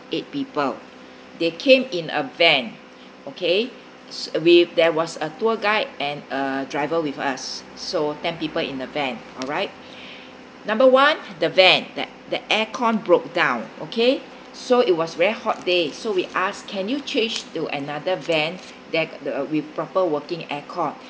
eight people they came in a van okay sh~ we there was a tour guide and a driver with us so ten people in a van alright number one the van that that air-con broke down okay so it was very hot day so we ask can you change to another van that uh with a proper working air-con